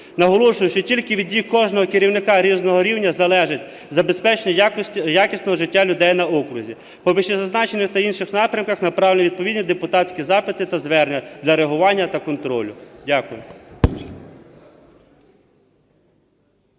Наголошую, що тільки від дій кожного керівника різного рівня залежить забезпечення якісного життя людей на окрузі. По вищезазначених та інших напрямках направлені відповідні депутатські запити та звернення для реагування та контролю. Дякую.